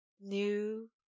New